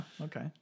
Okay